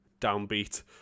downbeat